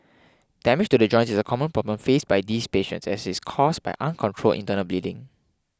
damage to the joints is a common problem faced by these patients and is caused by uncontrolled internal bleeding